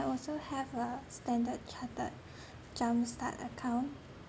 also have a standard chartered jumpstart account